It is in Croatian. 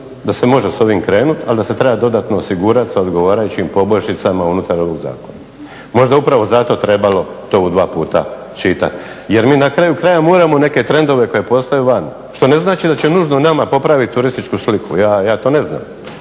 da se može s ovim krenuti, ali da se treba dodatno osigurati sa odgovarajućim poboljšicama unutar ovog zakona. Možda je upravo zato trebalo to u dva puta čitati. Jer mi na kraju krajeva moramo neke trendove koji postoje vani, što ne znači da će nužno nama popraviti turističku sliku, ja to ne znam,